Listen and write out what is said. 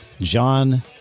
John